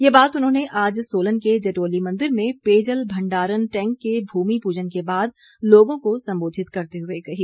ये बात उन्होंने आज सोलन के जटोली मंदिर में पेयजल भंडारण टैंक के भूमि पूजन के बाद लोगों को संबोधित करते हुए कही